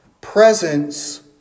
Presence